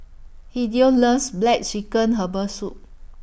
Hideo loves Black Chicken Herbal Soup